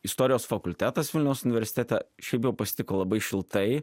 istorijos fakultetas vilniaus universitete šiaip jau pasitiko labai šiltai